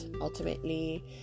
ultimately